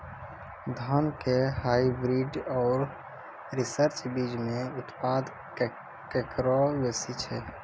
धान के हाईब्रीड और रिसर्च बीज मे उत्पादन केकरो बेसी छै?